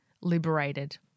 liberated